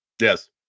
Yes